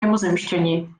mimozemšťani